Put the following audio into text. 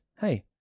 hey